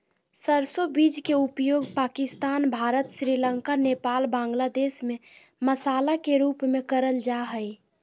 सरसो बीज के उपयोग पाकिस्तान, भारत, श्रीलंका, नेपाल, बांग्लादेश में मसाला के रूप में करल जा हई